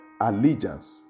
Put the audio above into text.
allegiance